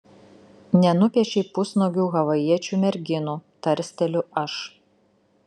nenupiešei pusnuogių havajiečių merginų tarsteliu aš